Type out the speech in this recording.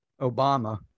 Obama